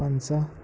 پںٛژاہ